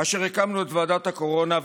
כאשר הקמנו את ועדת הקורונה,